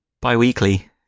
bi-weekly